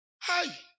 Hi